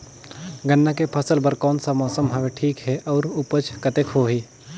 गन्ना के फसल बर कोन सा मौसम हवे ठीक हे अउर ऊपज कतेक होही?